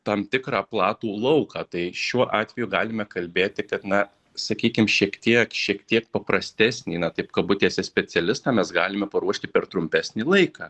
tam tikrą platų lauką tai šiuo atveju galime kalbėti kad na sakykim šiek tiek šiek tiek paprastesnį na taip kabutėse specialistą mes galime paruošti per trumpesnį laiką